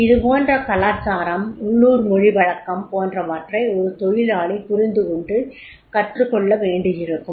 இதுபோன்ற கலாச்சாரம் உள்ளூர்மொழிவழக்கம் போன்றவற்றை ஒரு தொழிலாளி புரிந்து கொண்டு கற்றுக்கொள்ள வேண்டியிருக்கும்